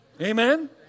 Amen